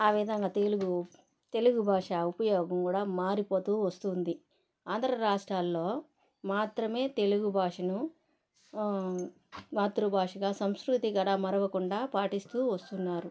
ఆ విధంగా తెలుగు తెలుగు భాష ఉపయోగం కూడా మారిపోతూ వస్తుంది ఆంధ్ర రాష్ట్రాల్లో మాత్రమే తెలుగు భాషను మాతృభాషగా సంస్కృతి గడ మరవకుండా పాటిస్తూ వస్తున్నారు